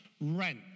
rent